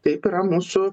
taip yra mūsų